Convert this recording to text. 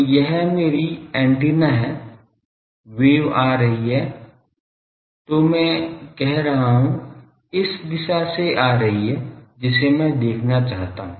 तो यह मेरी एंटीना है वेव आ रही है तो मैं कह रहा हूं इस दिशा से आ रही है जिसे मैं देखना चाहता हूं